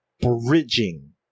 bridging